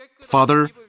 Father